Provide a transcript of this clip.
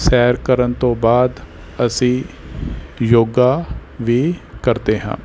ਸੈਰ ਕਰਨ ਤੋਂ ਬਾਅਦ ਅਸੀਂ ਯੋਗਾ ਵੀ ਕਰਦੇ ਹਾਂ